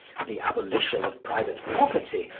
with the abolition of private property,